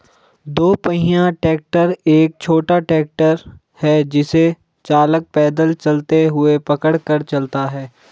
दो पहिया ट्रैक्टर एक छोटा ट्रैक्टर है जिसे चालक पैदल चलते हुए पकड़ कर चलाता है